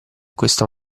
questo